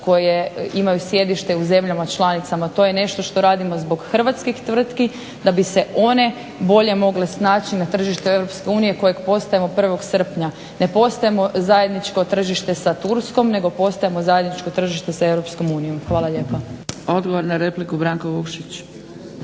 koje imaju sjedište u zemljama članicama, to je nešto što radimo zbog hrvatskih tvrtki da bi se one bolje mogle snaći na tržištu Europske unije kojeg postajemo 1. srpnja. Ne postajemo zajedničko tržište sa Turskom nego postajemo zajedničko tržište sa Europskom unijom. Hvala lijepa.